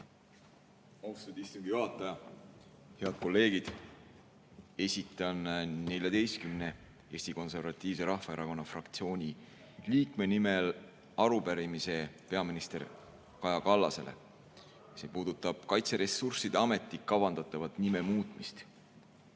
Austatud istungi juhataja! Head kolleegid! Esitan Eesti Konservatiivse Rahvaerakonna fraktsiooni 14 liikme nimel arupärimise peaminister Kaja Kallasele. See puudutab Kaitseressursside Ameti kavandatavat nime muutmist.